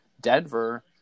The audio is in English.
Denver